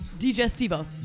Digestivo